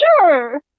Sure